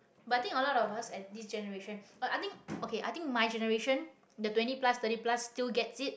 but i think a lot of us at this generation oh i think okay i think my generation the twenty plus thirty plus still gets it